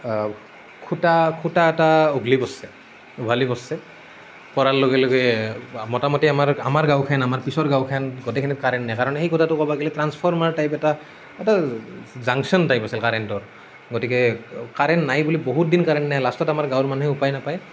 খুটা খুটা এটা উঘ্লি পৰিছে উঘালি পৰিছে পৰাৰ লগে লগে মোটামুটি আমাৰ আমাৰ গাঁওখন আমাৰ পিছৰ গাঁওখন গোটেইখিনি কাৰেণ্ট নাই সেই খুটাটো ক'ব গ'লে ট্ৰাঞ্চফৰ্মাৰ টাইপ এটা এটা জাংচন টাইপ আছিল কাৰেণ্টৰ গতিকে কাৰেণ্ট নাই বুলি বহুত দিন কাৰেণ্ট নাই লাষ্টত আমাৰ গাঁৱৰ মানুহে উপায় নাপায়